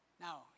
Now